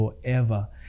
forever